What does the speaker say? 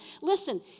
Listen